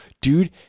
dude